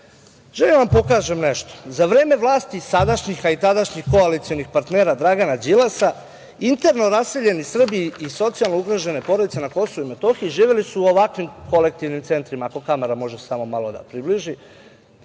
da vam pokažem nešto. Za vreme vlasti sadašnjih, a i tadašnjih koalicionih partnera Dragana Đilasa interno raseljeni Srbi i socijalno ugrožene porodice na Kosovu i Metohiji živeli su u ovakvim kolektivnim centrima, ako kamera samo može malo da približi. Ovo